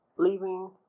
Leaving